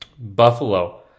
Buffalo